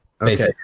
Okay